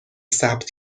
ثبت